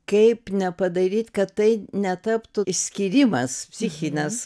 kaip nepadaryti kad tai netaptų išskyrimas psichinės